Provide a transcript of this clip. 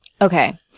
Okay